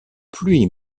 pluie